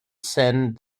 send